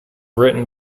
written